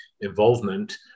involvement